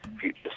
future